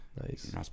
Nice